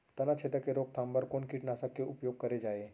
तनाछेदक के रोकथाम बर कोन कीटनाशक के उपयोग करे जाये?